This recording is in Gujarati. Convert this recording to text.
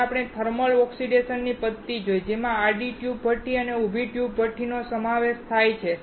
પછી આપણે થર્મલ ઓક્સિડેશન પદ્ધતિઓ જોઈ જેમાં આડી ટ્યુબ ભઠ્ઠી અને ઉભી ટ્યુબ ભઠ્ઠીનો સમાવેશ થાય છે